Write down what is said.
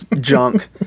junk